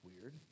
weird